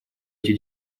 эти